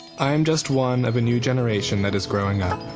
i am just one of a new generation that is growing up.